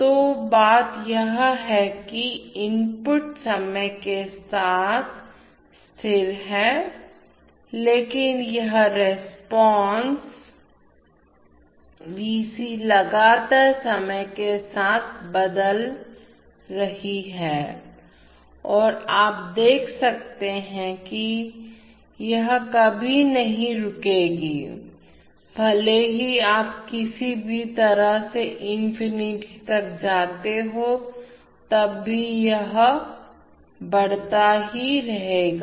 तो बात यह है कि इनपुट समय के साथ स्थिर है लेकिन यह रिस्पांसप्रतिक्रिया V c लगातार समय के साथ बदल रही है और आप देख सकते हैं कि यह कभी नहीं रुकेगी भले ही आप सभी तरह से इंफिनिटी तक जाते हो तब यह भी बढ़ाता ही रहेगा